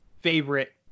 favorite